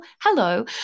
Hello